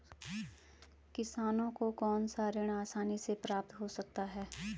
किसानों को कौनसा ऋण आसानी से प्राप्त हो सकता है?